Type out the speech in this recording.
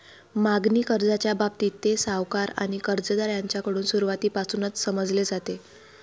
मागणी कर्जाच्या बाबतीत, ते सावकार आणि कर्जदार यांच्याकडून सुरुवातीपासूनच समजले जाते